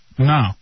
No